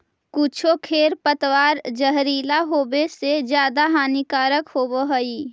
कुछो खेर पतवार जहरीला होवे से ज्यादा हानिकारक होवऽ हई